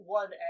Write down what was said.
one